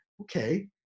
okay